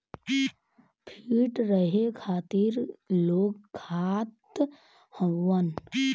feet रहे खातिर लोग खात हउअन